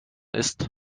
ist